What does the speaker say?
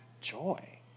joy